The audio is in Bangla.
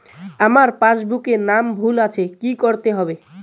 আমার পাসবুকে নাম ভুল আছে কি করতে হবে?